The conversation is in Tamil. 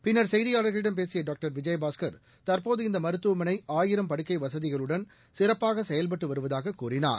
பின்னா் செய்தியாளா்களிடம் பேசிய டாக்டர் விஜயபாஸ்கர் தற்போது இந்த மருத்துவமனை ஆயிரம் படுக்கை வசதிகளுடன் சிறப்பாக செயல்பட்டு வருவதாகக் கூறினார்